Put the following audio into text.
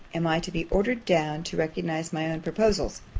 am i to be ordered down to recognize my own proposals.